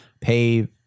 pay